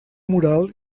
mural